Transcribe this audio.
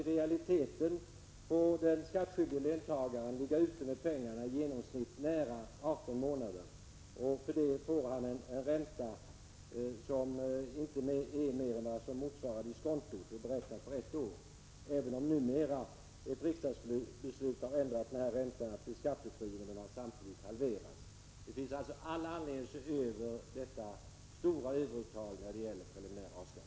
I realiteten får den skattskyldige löntagaren ligga ute med pengarna i genomsnitt nära 18 månader, och för det får han en ränta som inte är mer än vad som motsvarar diskontot och beräknad för ett år. Även om numera ett riksdagsbeslut har gjort den här räntan skattefri, har den samtidigt halverats. Det finns alltså all anledning att se över det stora överuttaget av preliminär A-skatt.